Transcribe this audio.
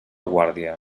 guàrdia